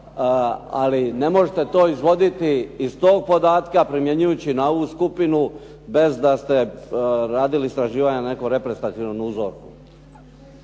Ali ne možete to izvoditi iz tog podatka primjenjujući na ovu skupinu bez da ste radili istraživanja na nekom reprezentativnom uzorku.